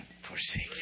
forsake